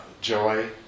joy